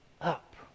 up